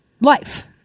life